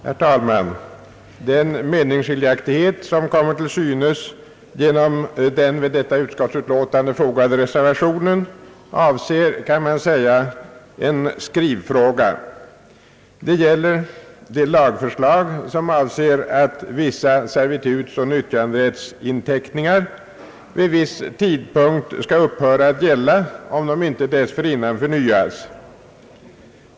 Herr talman! Den meningsskiljaktighet som kommer till synes genom den vid detta utskottsutlåtande fogade reservationen avser, kan man säga, en skrivfråga. Den gäller det lagförslag som avser att vissa servitutsoch nyttjanderättsinteckningar vid viss tidpunkt skall upphöra att gälla om de inte dessförinnan förnyas.